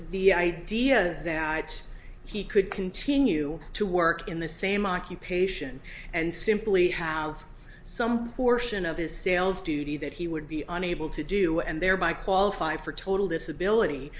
the idea that he could continue to work in the same occupation and simply have some portion of his sails duty that he would be unable to do and thereby qualify for total disability